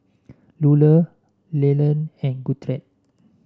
Lular Leland and Gertrude